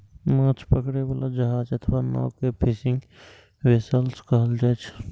माछ पकड़ै बला जहाज अथवा नाव कें फिशिंग वैसेल्स कहल जाइ छै